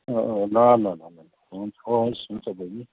अँ अँ ल ल ल हुन्छ हवस् हुन्छ बैनी